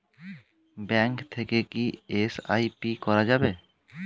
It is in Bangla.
ব্যাঙ্ক থেকে কী এস.আই.পি করা যাবে?